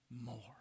more